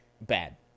bad